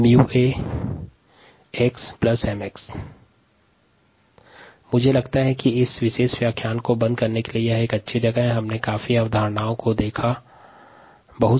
rS1YxSAAxmx इस व्याख्यान में विभिन्न संकल्पनाओं पर चर्चा की गयी